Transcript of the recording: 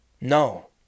No